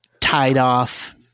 tied-off